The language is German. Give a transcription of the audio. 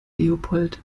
leopold